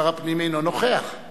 ושר הפנים אינו נוכח.